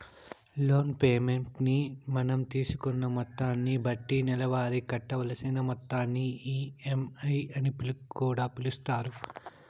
loan payment ని మనం తీసుకున్న మొత్తాన్ని బట్టి నెలవారీ కట్టవలసిన మొత్తాన్ని ఈ.ఎం.ఐ అని కూడా పిలుస్తారు